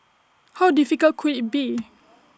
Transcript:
how difficult could IT be